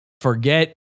Forget